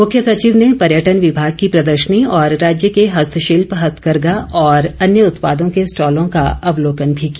मुख्य सचिव ने पर्यटन विभाग की प्रदर्शनी और राज्य के हस्तशिल्प हथकरघा और अन्य उत्पादों के स्टॉलों का अवलोकलन भी किया